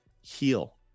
heal